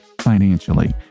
Financially